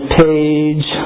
page